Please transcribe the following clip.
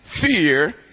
fear